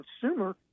consumer